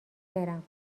برم